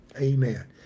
Amen